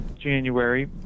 January